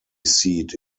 seat